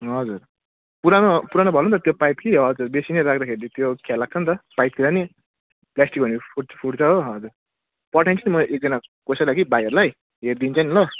हजुर पुरानो पुरानो भयो नि त त्यो पाइप कि हजुर बेसी नै राख्दाखेरि त्यो खिया लाग्छ नि त पाइपतिर नि प्लास्टिक भयो भने फुट फुट्छ हो हजुर पठाइदिन्छु नि म एकजना कसैलाई कि भाइहरूलाई हेरिदिन्छ नि ल